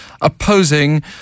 opposing